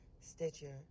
Stitcher